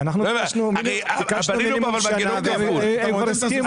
ביקשנו מינימום שנה והם כבר הסכימו לזה.